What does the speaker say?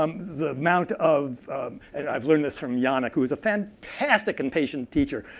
the amounts of and i've learned this from yannick, who is a fantastic and patient teacher,